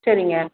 சரிங்க